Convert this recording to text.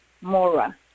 Mora